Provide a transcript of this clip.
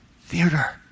theater